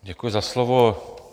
Děkuji za slovo.